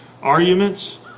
arguments